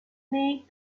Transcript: made